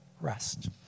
rest